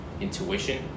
intuition